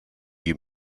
you